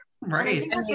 Right